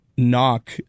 knock